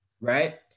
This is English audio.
right